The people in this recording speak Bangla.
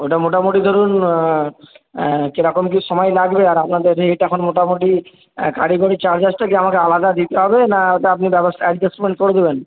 ওটা মোটামোটি ধরুন কীরকম কী সময় লাগবে আর আপনাদের এখন মোটামুটি কারিগরি চার্জেসটা কি আমাকে আলাদা দিতে হবে না ওটা আপনি ব্যবস্থা অ্যাডজাস্টমেন্ট করে দেবেন